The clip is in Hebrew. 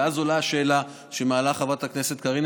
ואז עולה השאלה שמעלה חברת הכנסת קארין